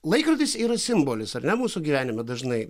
laikrodis yra simbolis ar ne mūsų gyvenime dažnai